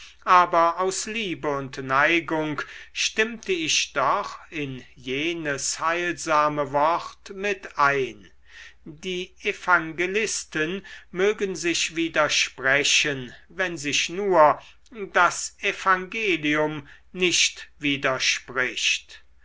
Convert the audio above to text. aber aus liebe und neigung stimmte ich doch in jenes heilsame wort mit ein die evangelisten mögen sich widersprechen wenn sich nur das evangelium nicht widerspricht